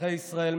אזרחי ישראל,